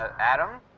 ah adam?